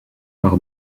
par